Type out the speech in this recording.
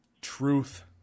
truth